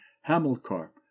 hamilcar